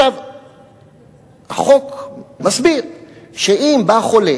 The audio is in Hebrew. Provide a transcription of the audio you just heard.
החוק מסביר שאם בא חולה